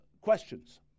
questions